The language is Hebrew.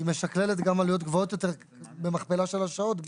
היא משכללת גם עלויות גבוהות יותר במכפלה של השעות.